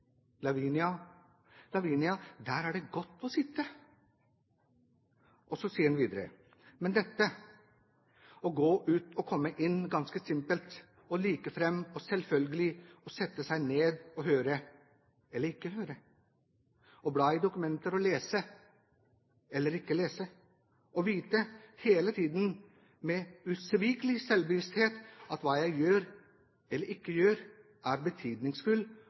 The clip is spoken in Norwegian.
Lavinia, Lavinia – der er det godt at sidde». Og så sier han videre: «Men dette: at gaa ud og komme ind ganske simpelt og ligefrem og selvfølgelig og sætte sig ned og høre, eller ikke høre, og blade i dokumenter og læse, eller ikke læse, og vide hele tiden med usvigelig selvbevidsthed, at hvad jeg gjør eller ikke gjør, er